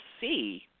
see